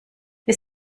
wir